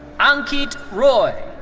ankit roy.